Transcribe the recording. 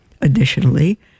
Additionally